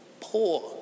poor